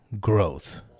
growth